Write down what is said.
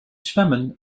zwemmen